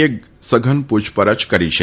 એ સઘન પુછપરછ કરી છે